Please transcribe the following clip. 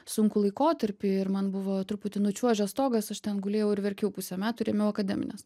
sunkų laikotarpį ir man buvo truputį nučiuožęs stogas aš ten gulėjau ir verkiau pusę metų ir ėmiau akademines